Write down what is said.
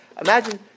Imagine